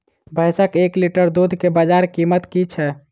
भैंसक एक लीटर दुध केँ बजार कीमत की छै?